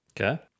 Okay